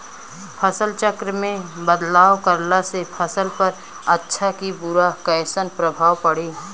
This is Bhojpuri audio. फसल चक्र मे बदलाव करला से फसल पर अच्छा की बुरा कैसन प्रभाव पड़ी?